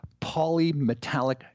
polymetallic